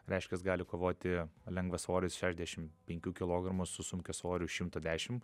reiškias gali kovoti lengvasvoris šešiasdešim penkių kilogramų su sunkiasvoriu šimto dešim